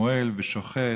מוהל ושוחט,